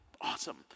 Awesome